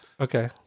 Okay